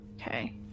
Okay